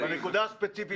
רגע, אבל תעשי לי סדר בסוף.